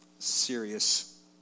serious